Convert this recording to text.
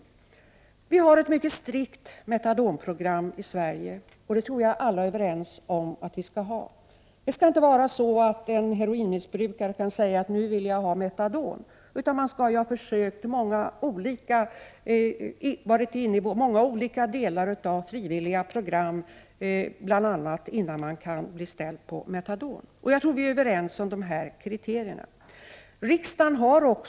I Sverige har vi ett mycket strikt metadonprogram, vilket jag tror att alla är överens om att vi skall ha. En heroinmissbrukare skall inte helt plötsligt kunna säga att han vill ha metadon. Han skall bl.a. ha deltagit i många olika frivilliga program innan han kan få metadonbehandling. Jag tror att vi är överens om dessa kriterier.